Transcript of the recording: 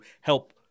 help